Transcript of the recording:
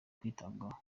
kwitabwaho